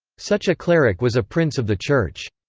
such a cleric was a prince of the church.